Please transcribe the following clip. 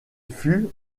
fut